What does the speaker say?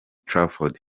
trafford